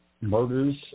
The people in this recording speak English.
murders